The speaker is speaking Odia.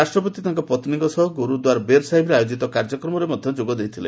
ରାଷ୍ଟ୍ରପତି ତାଙ୍କ ପତ୍ନୀଙ୍କ ସହ ଗୁରୁଦ୍ୱାର ବେର୍ ସାହିବରେ ଆୟୋଜିତ କାର୍ଯ୍ୟକ୍ରମରେ ଯୋଗ ଦେଇଥିଲେ